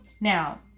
Now